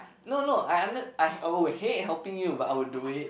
no no I under~ I would hate helping you but I will do it